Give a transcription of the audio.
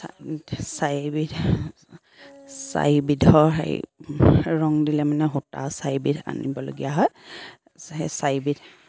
চাইবিধ চাৰি বিধৰ সেই ৰং দিলে মানে সূতা চাৰিবিধ আনিবলগীয়া হয় সেই চাৰিবিধ